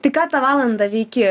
tai ką tą valandą veiki